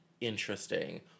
interesting